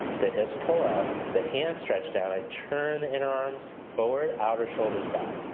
the hips pull up, the hands stretched out, i turn the inner arms forward, outer shoulders back.